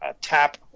tap